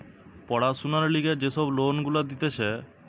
পড়াশোনার লিগে যে সব লোন গুলা দিতেছে